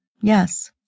Yes